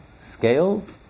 scales